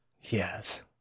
Yes